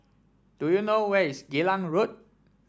do you know where is Geylang Road